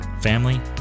family